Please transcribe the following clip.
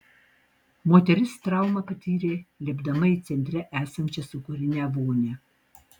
moteris traumą patyrė lipdama į centre esančią sūkurinę vonią